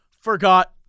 forgot